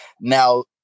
Now